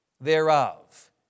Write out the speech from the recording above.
thereof